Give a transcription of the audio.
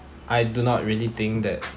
I do not really think that